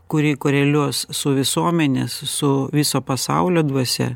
kuri koreliuos su visuomene su viso pasaulio dvasia